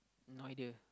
no idea